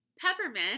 Peppermint